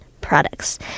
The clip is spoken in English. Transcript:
products